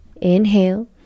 Inhale